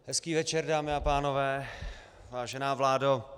Hezký večer, dámy a pánové, vážená vládo.